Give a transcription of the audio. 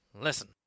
listen